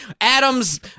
Adam's